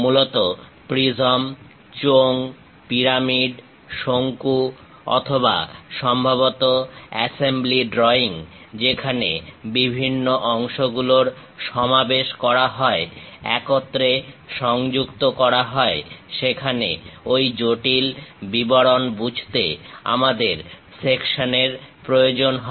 মূলত প্রিজম চোঙ পিরামিড শঙ্কু অথবা সম্ভবত অ্যাসেম্বলি ড্রয়িং যেখানে বিভিন্ন অংশগুলোর সমাবেশ করা হয় একত্রে সংযুক্ত করা হয় সেখানে ঐ জটিল বিবরণ বুঝতে আমাদের সেকশনের প্রয়োজন হয়